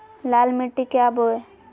लाल मिट्टी क्या बोए?